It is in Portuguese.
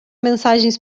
mensagens